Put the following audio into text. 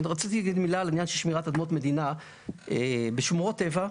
רציתי להגיד מילה על שמירת אדמות מדינה בשמורות טבע.